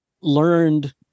learned